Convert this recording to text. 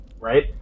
Right